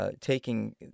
taking